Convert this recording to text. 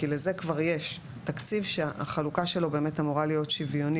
כי לזה כבר יש תקציב שהחלוקה שלו באמת אמורה להיות שוויונית.